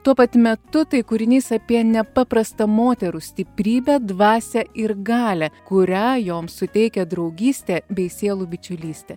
tuo pat metu tai kūrinys apie nepaprastą moterų stiprybę dvasią ir galią kurią joms suteikia draugystė bei sielų bičiulystė